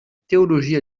théologie